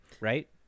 right